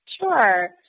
Sure